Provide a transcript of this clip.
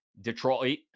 Detroit